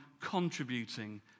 contributing